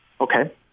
Okay